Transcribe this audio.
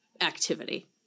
activity